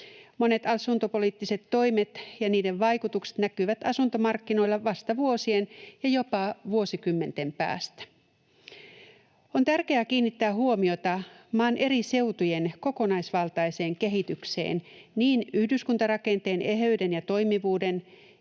Monet asuntopoliittiset toimet ja niiden vaikutukset näkyvät asuntomarkkinoilla vasta vuosien ja jopa vuosikymmenten päästä. On tärkeää kiinnittää huomiota maan eri seutujen kokonaisvaltaiseen kehitykseen niin yhdyskuntarakenteen eheyden ja toimivuuden,